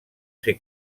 ser